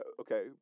okay